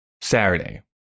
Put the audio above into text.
Saturday